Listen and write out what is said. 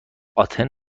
آتن